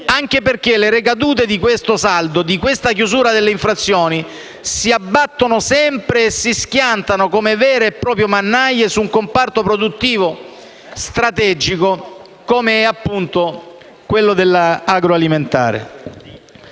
anche perché le ricadute di questo saldo e di questa chiusura delle infrazioni si abbattono sempre e si schiantano, come vere e proprie mannaie, su un comparto produttivo strategico, qual è appunto quello agroalimentare.